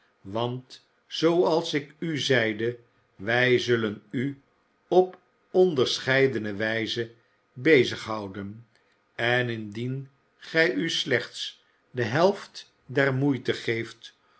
want zooals ik u zeide wij zullen u op onderscheidene wijzen bezig houden en indien gij u slechts de helft der moeite geeft